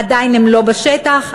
עדיין הם לא בשטח,